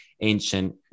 ancient